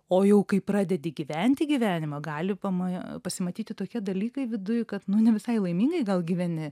o jau kai pradedi gyventi gyvenimą gali pama pasimatyti tokie dalykai viduj kad ne visai laimingai gal gyveni